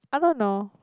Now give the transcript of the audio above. I don't know